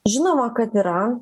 žinoma kad yra